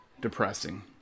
depressing